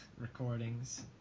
recordings